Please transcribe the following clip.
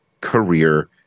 career